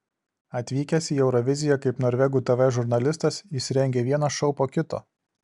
atvykęs į euroviziją kaip norvegų tv žurnalistas jis rengia vieną šou po kito